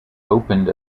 opened